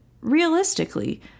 realistically